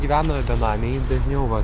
gyvena benamiai dažniau vat